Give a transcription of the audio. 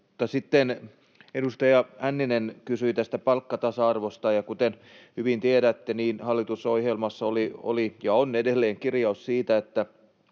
Sitten edustaja Hänninen kysyi tästä palkkatasa-arvosta. Kuten hyvin tiedätte, hallitusohjelmassa oli ja on edelleen kirjaus siitä,